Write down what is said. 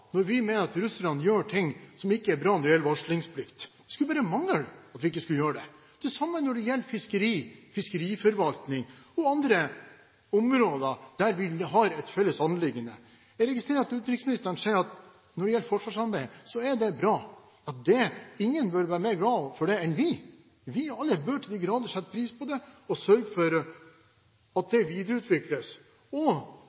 når vi mener at russerne gjør ting som ikke er bra når det gjelder varslingsplikt. Det skulle bare mangle at vi ikke skulle gjøre det. Det samme gjelder fiskeri, fiskeriforvaltning og andre områder der vi har et felles anliggende. Jeg registrerer at utenriksministeren sier at når det gjelder forsvarssamarbeid, er det bra, og ingen bør være mer glad for det enn vi. Vi, av alle, bør til de grader sette pris på det og sørge for at det videreutvikles, og